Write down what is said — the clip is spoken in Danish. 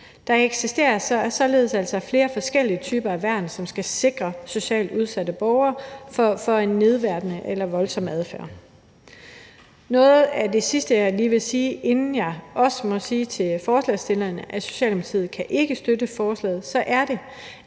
Der eksisterer således flere forskellige typer af værn, som skal sikre socialt udsatte borgere mod en nedværdigende eller voldsom adfærd. Noget af det sidste, jeg lige vil sige, inden jeg må sige til forslagsstillerne, at Socialdemokratiet ikke kan støtte forslaget, er,